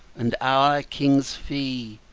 and a' our queen's fee.